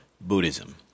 Buddhism